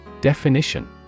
Definition